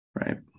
right